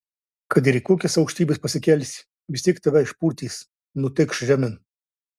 kad ir į kokias aukštybes pasikelsi vis tiek tave išpurtys nutėkš žemėn